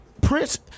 Prince